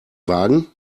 wagen